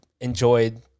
enjoyed